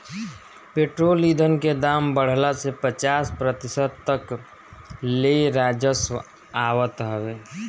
petrol ईधन के दाम बढ़ला से पचास प्रतिशत तक ले राजस्व आवत हवे